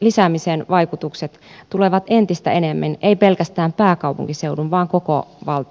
lisäämisen vaikutukset tulevat entistä enemmän ei pelkästään pääkaupunkiseudun vaan koko valtion alueelle